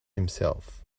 himself